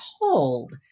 hold